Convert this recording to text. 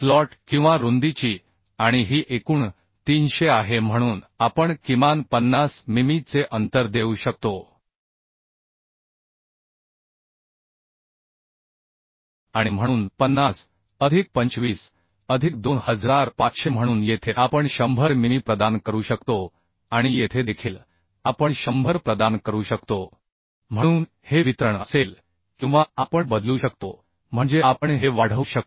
slot किंवा रुंदीची आणि ही एकूण 300 आहे म्हणून आपण किमान 50 मिमी चे अंतर देऊ शकतो आणि म्हणून 50 अधिक 25 अधिक 2500 म्हणून येथे आपण 100 मिमी प्रदान करू शकतो आणि येथे देखील आपण 100 प्रदान करू शकतो हे वितरण असेल किंवा आपण बदलू शकतो म्हणजे आपण हे वाढवू शकतो